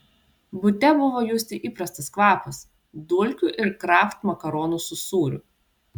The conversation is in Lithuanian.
bute buvo justi įprastas kvapas dulkių ir kraft makaronų su sūriu